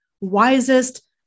wisest